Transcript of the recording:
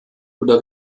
oder